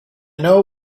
know